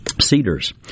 Cedars